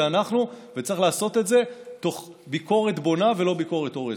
זה אנחנו וצריך לעשות את זה תוך ביקורת בונה ולא ביקורת הורסת.